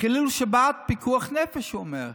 חילול שבת, פיקוח נפש, הוא אומר.